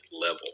level